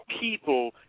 people